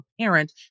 parent